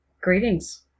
Greetings